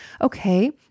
Okay